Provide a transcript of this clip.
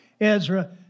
Ezra